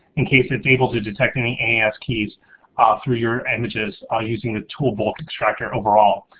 in case it's able to detect any aes keys ah through your images ah using the tool bulk extractor overall.